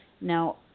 Now